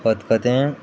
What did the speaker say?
खतखतें